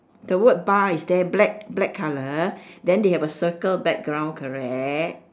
the word bar is there black black colour then they have a circle background correct